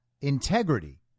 integrity